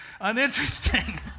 Uninteresting